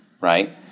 Right